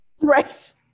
Right